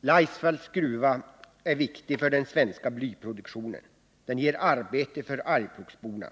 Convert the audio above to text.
Laisvalls gruva är viktig för den svenska blyproduktionen. Den ger arbete för Arjeplogsborna.